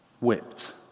whipped